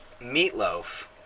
Meatloaf